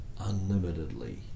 unlimitedly